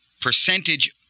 percentage